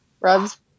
rubs